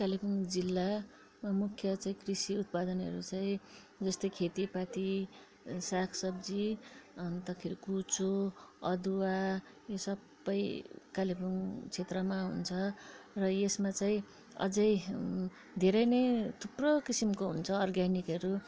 कालेबुङ जिल्लामा मुख्य चाहिँ कृषि उत्पादनहरू चाहिँ जस्तै खेतीपाती साग सब्जी अन्तखेरि कुच्चो अदुवा यी सबै कालेबुङ क्षेत्रमा हुन्छ र यसमा चाहिँ अझै धेरै नै थुप्रो किसिमको हुन्छ अर्ग्यानिकहरू